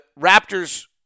Raptors